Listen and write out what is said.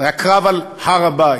היה קרב על הר-הבית,